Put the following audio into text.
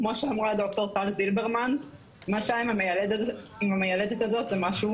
כמו שאמרה ד"ר טל זילברמן מה שקרה עם המיילדת הזאת הוא משהו